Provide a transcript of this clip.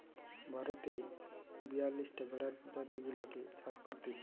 ভারতে বিয়াল্লিশটা ভেড়ার প্রজাতি গুলাকে চাষ করতিছে